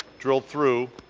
drilled through,